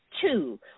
Two